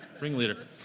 Ringleader